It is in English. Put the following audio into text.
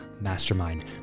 mastermind